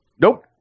Nope